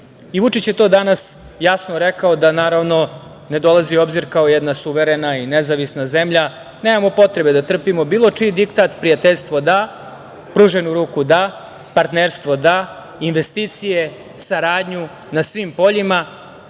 i Vučić je to danas rekao, da naravno ne dolazi u obzir, kao jedna suverena i nezavisna zemlja, nemamo potrebe da trpimo bilo čiji diktat, prijateljstvo da, pruženu ruku da, partnerstvo da, investicije, saradnju na svim poljima,